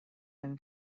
him